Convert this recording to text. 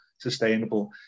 sustainable